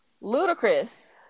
ludicrous